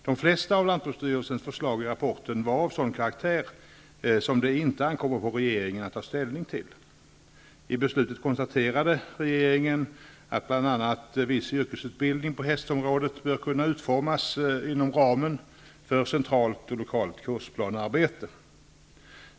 De flesta av lantbruksstyrelsens förslag i rapporten var av sådan karaktär som det inte ankommer på regeringen att ta ställning till. I beslutet konstaterade regeringen att bl.a. viss yrkesutbildning på hästområdet bör kunna utformas inom ramen för centralt och lokalt kursplanearbete.